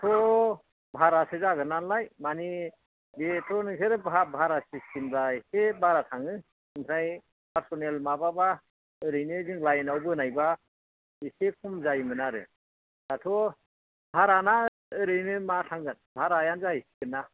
दाथ' भारासो जागोन नालाय माने बेथ' नोंसोरो भारा सिस्टेम बा एसे बारा थाङो ओमफ्राय पार्सनेल माबाबा ओरैनो जों लाइन आव बोनायबा एसे खम जायोमोन आरो दाथ' भाराना ओरैनो मा थांगोन भारायानो जाहैसिगोन ना